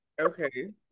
okay